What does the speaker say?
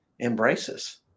embraces